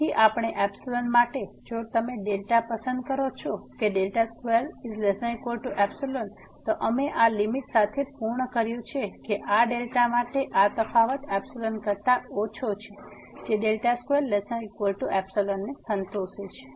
તેથી આપેલ માટે જો તમે પસંદ કરો છો કે 2≤ϵ તો અમે આ લીમીટ સાથે પૂર્ણ કર્યું છે કે આ માટે આ તફાવત ϵ કરતા ઓછો છે જે 2≤ϵ ને સંતોષે છે